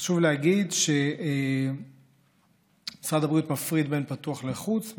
חשוב להגיד שמשרד הבריאות מפריד בין פנים לחוץ,